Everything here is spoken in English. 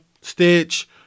stitch